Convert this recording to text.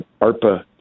ARPA